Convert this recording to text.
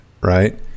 right